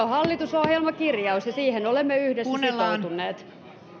on hallitusohjelmakirjaus ja siihen olemme yhdessä sitoutuneet